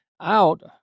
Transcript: out